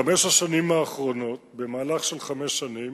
בחמש השנים האחרונות, במהלך של חמש שנים,